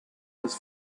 was